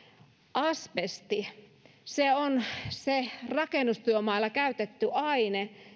asbesti se on se rakennustyömailla käytetty aine